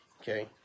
okay